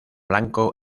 blanco